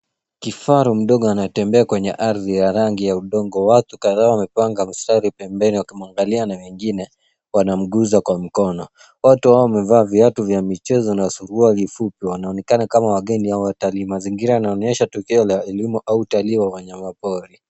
Kifaru mdogo anatembea kwenye ardhi ya rangi ya udongo. Watu kadhaa wamepanga mstari pembeni wakimwangalia na wengine wanamgusa kwa mkono. Watu hawa wamevaa viatu vya michezo na suruali fupi. Wanaonekana kama wageni ama watalii. Mazingira yanaonyesha tukio la elimu au utalii wa wanyamapori.